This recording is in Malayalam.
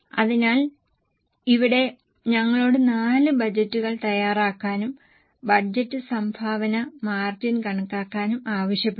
അതിനാൽ ഇവിടെ ഞങ്ങളോട് 4 ബജറ്റുകൾ തയ്യാറാക്കാനും ബജറ്റ് സംഭാവന മാർജിൻ കണക്കാക്കാനും ആവശ്യപ്പെട്ടു